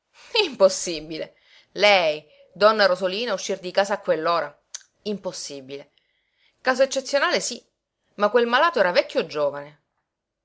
presto impossibile lei donna rosolina uscir di casa a quell'ora impossibile caso eccezionale sí ma quel malato era vecchio o giovane